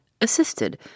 assisted